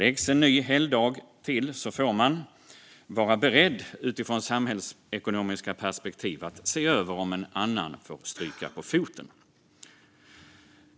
Om en ny helgdag läggs till får man utifrån samhällsekonomiska perspektiv vara beredd att se över om en annan får stryka på foten.